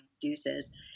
deuces